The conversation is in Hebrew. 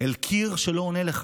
אל קיר שלא עונה לך.